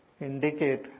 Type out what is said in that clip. indicate